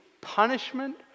punishment